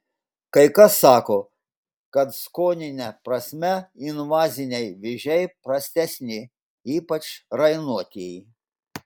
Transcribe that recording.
kai kas sako kad skonine prasme invaziniai vėžiai prastesni ypač rainuotieji